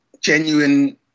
genuine